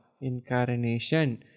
Incarnation